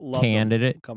candidate